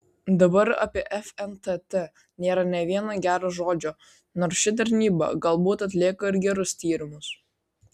dabar apie fntt nėra nė vieno gero žodžio nors ši tarnyba galbūt atlieka ir gerus tyrimus